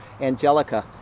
Angelica